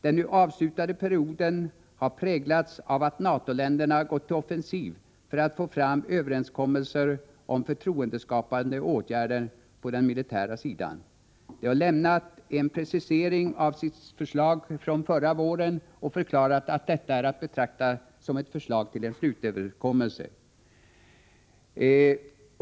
Den nu avslutade perioden har präglats av att NATO länderna gått till offensiv för att få fram överenskommelser om förtroendeskapande åtgärder på den militära sidan. De har lämnat en precisering av sitt förslag från förra våren och förklarat att detta är att betrakta som ett förslag till en slutöverenskommelse.